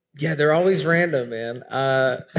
yeah, there always random, man. ah